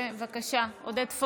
בבקשה, עודד.